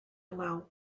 allow